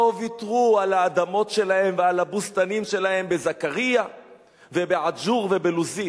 לא ויתרו על האדמות שלהם ועל הבוסתנים שלהם בזכריא ובאזור ובלוזית.